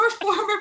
former